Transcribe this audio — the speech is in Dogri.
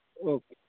ओके